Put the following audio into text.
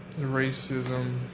racism